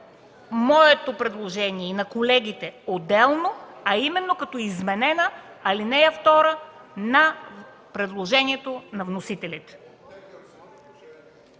моето предложение, и на колегите – отделно, а именно като изменена ал. 2 на предложението на вносителите.